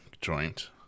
joint